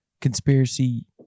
conspiracy